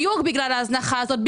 זה